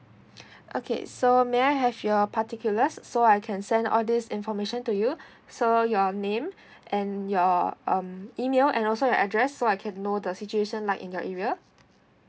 okay so may I have your particulars so I can send all this information to you so your name and your um email and also your address so I can know the situation like in your area